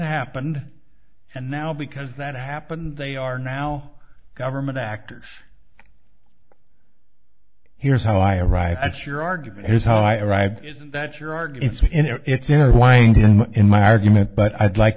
happened and now because that happened they are now government actors here's how i arrived at your argument here's how i arrived that your art it's in its inner wind in my argument but i'd like